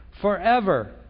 forever